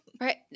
Right